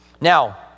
Now